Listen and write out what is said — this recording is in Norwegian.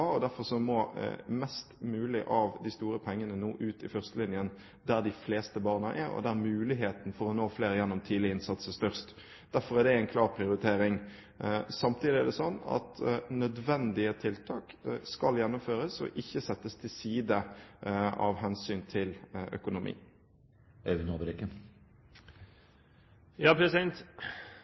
og derfor må mest mulig av de store pengene nå ut til førstelinjen, der de fleste barna er, og der muligheten for å nå flere gjennom tidlig innsats er størst. Derfor er det en klar prioritering. Samtidig skal nødvendige tiltak gjennomføres og ikke settes til side av hensyn til økonomi.